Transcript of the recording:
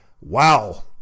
wow